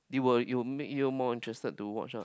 you will it will make you more interested to watch ah